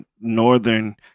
northern